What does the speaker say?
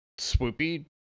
swoopy